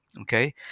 Okay